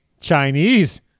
Chinese